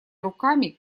руками